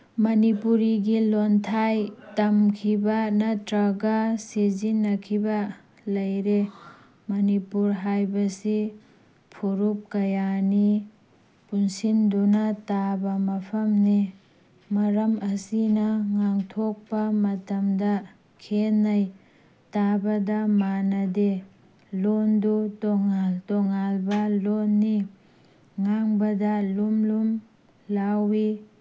ꯃꯅꯤꯄꯨꯔꯤꯒꯤ ꯂꯣꯟꯊꯥꯏ ꯇꯝꯈꯤꯕ ꯅꯠꯇ꯭ꯔꯒ ꯁꯤꯖꯤꯟꯅꯈꯤꯕ ꯂꯩꯔꯦ ꯃꯅꯤꯄꯨꯔ ꯍꯥꯏꯕꯁꯤ ꯐꯨꯔꯨꯞ ꯀꯌꯥꯅꯤ ꯄꯨꯟꯁꯤꯟꯗꯨꯅ ꯇꯥꯕ ꯃꯐꯝꯅꯤ ꯃꯔꯝ ꯑꯁꯤꯅ ꯉꯥꯡꯊꯣꯛꯄ ꯃꯇꯝꯗ ꯈꯦꯅꯩ ꯇꯥꯕꯗ ꯃꯥꯟꯅꯗꯦ ꯂꯣꯟꯗꯨ ꯇꯣꯉꯥꯟ ꯇꯣꯉꯥꯟꯕ ꯂꯣꯟꯅꯤ ꯉꯥꯡꯕꯗ ꯂꯨꯝ ꯂꯨꯝ ꯂꯥꯎꯋꯤ